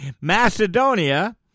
Macedonia